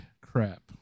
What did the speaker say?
crap